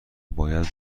باید